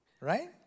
Right